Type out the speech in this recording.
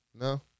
No